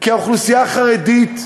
כי האוכלוסייה החרדית,